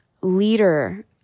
leader